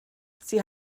sie